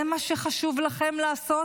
זה מה שחשוב לכם לעשות,